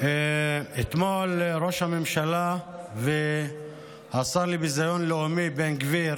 אתמול ראש הממשלה והשר לביזיון לאומי בן גביר